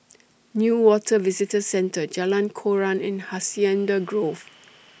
Newater Visitor Centre Jalan Koran and Hacienda Grove